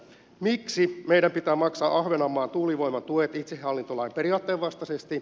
miksi meidän pitää maksaa ahvenanmaan tuulivoimatuet itsehallintolain periaatteen vastaisesti